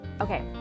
Okay